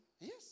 Yes